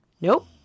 Nope